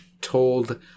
told